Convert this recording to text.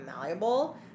malleable